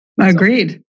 Agreed